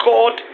God